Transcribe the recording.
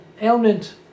ailment